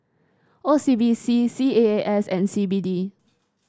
O C B C C A A S and C B D